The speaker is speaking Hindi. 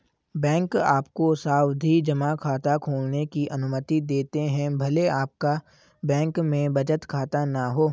बैंक आपको सावधि जमा खाता खोलने की अनुमति देते हैं भले आपका बैंक में बचत खाता न हो